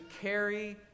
carry